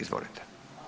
Izvolite.